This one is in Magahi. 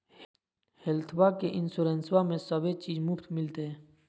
हेल्थबा के इंसोरेंसबा में सभे चीज मुफ्त मिलते?